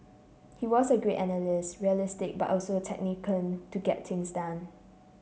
he was a great analyst realistic but also a tactician to get things done